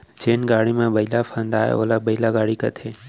जेन गाड़ी म बइला फंदाये ओला बइला गाड़ी कथें